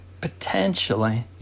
Potentially